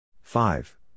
Five